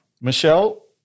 Michelle